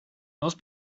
most